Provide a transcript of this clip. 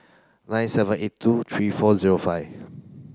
nine seven eight two three four zero five